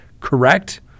correct